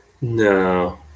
No